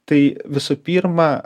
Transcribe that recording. tai visų pirma